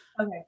okay